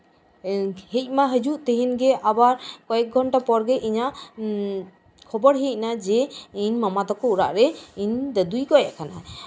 ᱦᱮᱡ ᱢᱟ ᱦᱤᱡᱩᱜ ᱛᱮᱦᱤᱧᱜᱮ ᱠᱚᱭᱮᱠ ᱜᱷᱚᱱᱴᱟ ᱯᱚᱨ ᱜᱮ ᱠᱷᱚᱵᱚᱨ ᱦᱮᱡ ᱮᱱᱟ ᱡᱮ ᱤᱧ ᱢᱟᱢᱟ ᱛᱟᱠᱚ ᱚᱲᱟᱜᱨᱮ ᱤᱧ ᱫᱟᱹᱫᱩᱭ ᱜᱚᱡ ᱟᱠᱟᱱᱟ